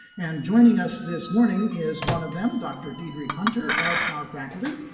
and joining us this morning is one of them, dr. deidre hunter of our faculty,